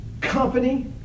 company